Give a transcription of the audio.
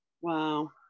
Wow